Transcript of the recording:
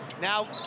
Now